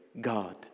God